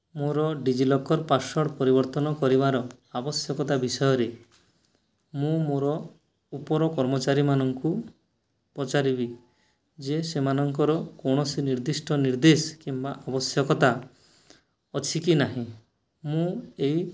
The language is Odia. ମୋର ଡିଜିଲକର୍ ପାସ୍ୱାର୍ଡ଼୍ ପରିବର୍ତ୍ତନ କରିବାର ଆବଶ୍ୟକତା ବିଷୟରେ ମୁଁ ମୋର ଉପର କର୍ମଚାରୀମାନଙ୍କୁ ପଚାରିବି ଯେ ସେମାନଙ୍କର କୌଣସି ନିର୍ଦ୍ଦିଷ୍ଟ ନିର୍ଦ୍ଦେଶ କିମ୍ବା ଆବଶ୍ୟକତା ଅଛି କି ନାହିଁ ମୁଁ ଏହି